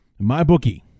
MyBookie